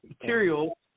material